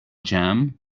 jam